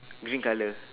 green colour